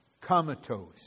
comatose